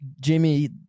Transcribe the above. Jamie